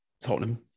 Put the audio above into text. Tottenham